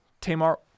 tamar